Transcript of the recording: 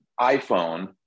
iPhone